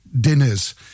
Dinners